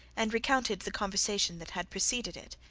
and recounted the conversation that had preceded it.